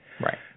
Right